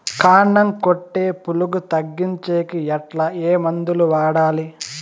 కాండం కొట్టే పులుగు తగ్గించేకి ఎట్లా? ఏ మందులు వాడాలి?